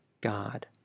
God